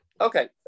Okay